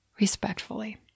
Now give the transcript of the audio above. respectfully